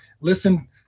Listen